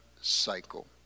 cycle